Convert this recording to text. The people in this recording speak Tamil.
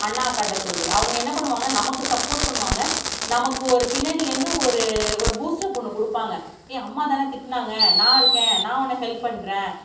அண்ணா அக்காகிட்ட சொல்கிறது அவங்க என்ன பண்ணுவாங்க நமக்கு சப்போர்ட் பண்ணுவாங்க நமக்கு ஒரு பின்னாடிலேருந்து ஒரு ஒரு பூஸ்ட் அப் ஒன்று கொடுப்பாங்க ஹே அம்மா தானே திட்டினாங்க நான் இருக்கேன் நான் உனக்கு ஹெல்ப் பண்ணுறேன்